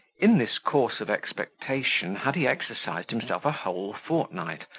in this course of expectation had he exercised himself a whole fortnight,